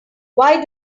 why